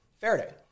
Faraday